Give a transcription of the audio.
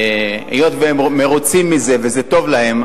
היות שהם מרוצים מזה וזה טוב להם,